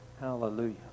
hallelujah